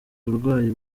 uburwayi